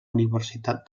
universitat